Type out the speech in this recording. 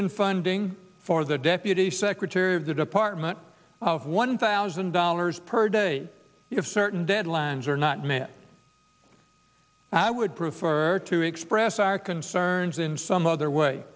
in funding for the deputy secretary of the department of one thousand dollars per day if certain deadlines are not met i would prefer to express our concerns in some other way